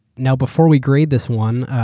now, before we grade this one,